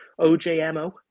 OJMO